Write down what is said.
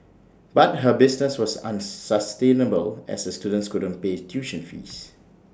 but her business was unsustainable as her students couldn't pay tuition fees